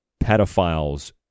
pedophiles